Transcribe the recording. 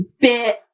bit